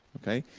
okay?